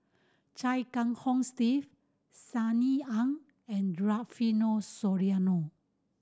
Chia Kiah Hong Steve Sunny Ang and Rufino Soliano